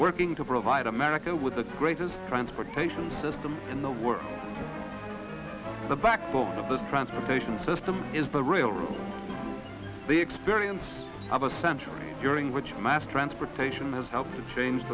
working to provide america with the greatest transportation system in the world the backbone of the transportation system is the real the experience of a century during which mass transportation has helped to change